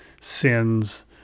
sins